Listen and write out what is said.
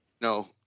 no